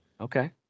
Okay